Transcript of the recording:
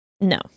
no